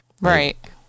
Right